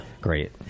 great